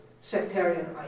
sectarian